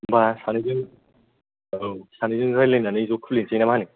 होनबा सानैजों औ सानैजों रायज्लायनानै ज' खुलिनोसै ना मा होनो